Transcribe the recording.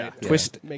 Twist